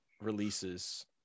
releases